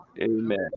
Amen